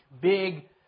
big